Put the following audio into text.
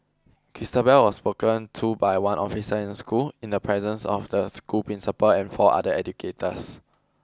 Christabel was spoken to by one officer in school in the presence of the school principal and four other educators